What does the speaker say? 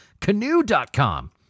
Canoe.com